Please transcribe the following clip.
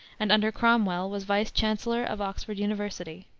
and under cromwell was vice-chancellor of oxford university.